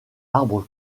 arbre